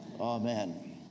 amen